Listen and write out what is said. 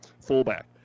fullback